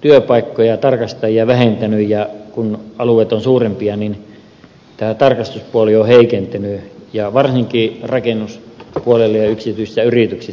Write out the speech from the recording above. työpaikkoja tarkastajia vähentänyt ja kun alueet ovat suurempia niin tämä tarkastuspuoli on heikentynyt ja varsinkin rakennuspuolella ja yksityisissä yrityksissä